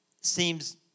seems